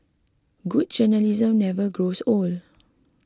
good journalism never grows old